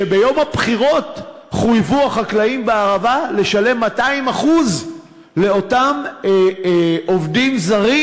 שביום הבחירות חויבו החקלאים בערבה לשלם 200% לאותם עובדים זרים,